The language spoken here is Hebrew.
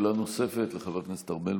שאלה נוספת לחבר הכנסת ארבל.